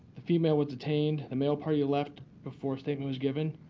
the female was detained. the male party left before a statement was given.